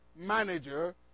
manager